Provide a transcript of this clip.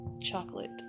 chocolate